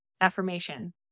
affirmation